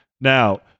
now